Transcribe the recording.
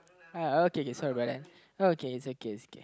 I okay K sorry about that okay it's okay it's okay